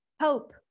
Hope